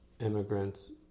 immigrants